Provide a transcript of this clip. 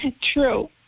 True